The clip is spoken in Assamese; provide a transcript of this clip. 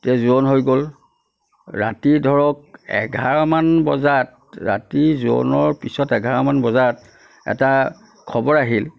তে জোৰণ হৈ গ'ল ৰাতি ধৰক এঘাৰমান বজাত ৰাতি জোৰণৰ পিছত এঘাৰমান বজাত এটা খবৰ আহিল